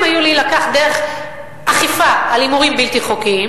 להילקח דרך אכיפה על הימורים בלתי חוקיים,